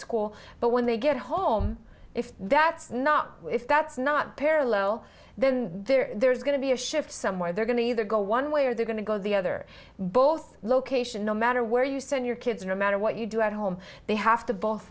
school but when they get home if that's not if that's not parallel then there's going to be a shift somewhere they're going to either go one way or they're going to go the other both location no matter where you send your kids no matter what you do at home they have to both